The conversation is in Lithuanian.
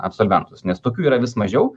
absolventus nes tokių yra vis mažiau